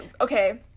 okay